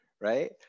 right